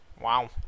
Wow